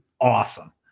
Awesome